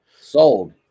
Sold